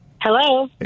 Hello